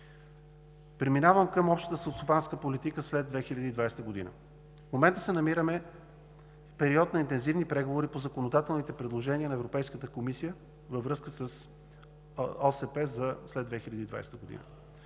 Преминавам към общата селскостопанска политика след 2020 г. В момента се намираме в период на интензивни преговори по законодателните предложения на Европейската комисия във връзка с Общата селскостопанска